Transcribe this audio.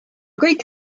kõik